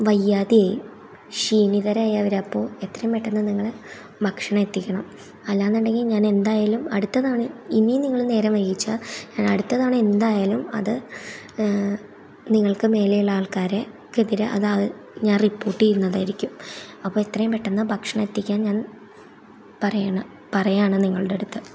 വയ്യാതെയായി ഷീണിതരായി അവർ അപ്പോൾ എത്രയും പെട്ടെന്ന് നിങ്ങൾ ഭക്ഷണം എത്തിക്കണം അല്ലാന്നുണ്ടെങ്കിൽ ഞാൻ എന്തായാലും അടുത്ത തവണ ഇനിയും നിങ്ങൾ നേരം വൈകിച്ചാൽ ഞാൻ അടുത്ത തവണ എന്തായാലും അത് നിങ്ങൾക്ക് മേലെയുള്ള ആൾക്കാർക്ക്ക്കെതിരെ അത് ഞാൻ റിപ്പോർട്ട് ചെയ്യുന്നതായിരിക്കും അപ്പോൾ എത്രയും പെട്ടെന്ന് ഭക്ഷണം എത്തിക്കാൻ ഞാൻ പറയുകയാണ് പറയാണ് നിങ്ങളുടെ അടുത്ത്